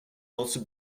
also